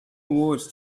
awards